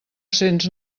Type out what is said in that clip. cents